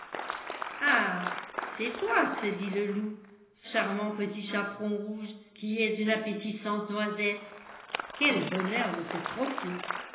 ah cest toi se dit le loup charmantpetit chaperon rouge qui es une appétissante noisette quel bonheur de te croquer